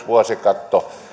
vuosikatto